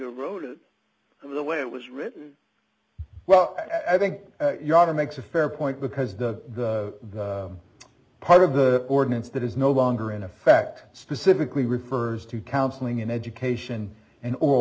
wrote it the way it was written well i think you oughta makes a fair point because the part of the ordinance that is no longer in effect specifically refers to counseling and education and all